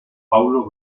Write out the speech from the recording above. paulo